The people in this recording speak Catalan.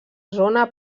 zona